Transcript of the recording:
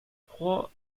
croit